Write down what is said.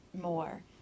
more